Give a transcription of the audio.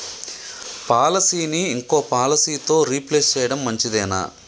పాలసీని ఇంకో పాలసీతో రీప్లేస్ చేయడం మంచిదేనా?